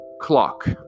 clock